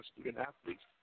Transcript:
student-athletes